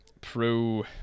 pro